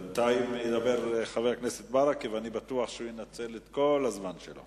והוא שאין מקום בפרלמנט דמוקרטי לדבר הזה שנקרא